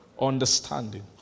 understanding